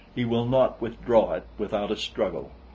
he will not withdraw it without a struggle.